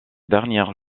dernière